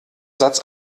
satz